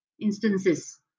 instances